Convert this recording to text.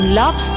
love